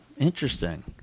Interesting